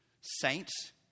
Saints